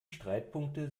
streitpunkte